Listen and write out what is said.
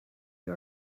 you